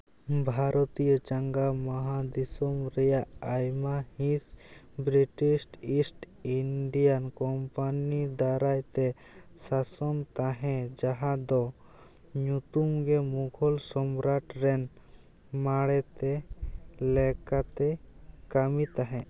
ᱵᱷᱟᱨᱚᱛᱤᱭᱚ ᱪᱟᱸᱜᱟ ᱢᱟᱦᱟ ᱫᱤᱥᱚᱢ ᱨᱮᱭᱟᱜ ᱟᱭᱢᱟ ᱦᱤᱸᱥ ᱵᱨᱤᱴᱤᱥ ᱤᱥᱴ ᱤᱱᱰᱤᱭᱟᱱ ᱠᱳᱢᱯᱟᱱᱤ ᱫᱟᱨᱟᱭ ᱛᱮ ᱥᱟᱥᱚᱱ ᱛᱟᱦᱮᱸ ᱡᱟᱦᱟᱸ ᱫᱚ ᱧᱩᱛᱩᱢ ᱜᱮ ᱢᱩᱜᱷᱚᱞ ᱥᱚᱢᱨᱟᱴ ᱢᱟᱲᱛᱮ ᱞᱮᱠᱟᱛᱮᱭ ᱠᱟ ᱢᱤ ᱛᱟᱦᱮᱸ